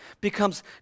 becomes